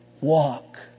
walk